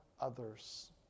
others